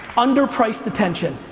underpriced attention.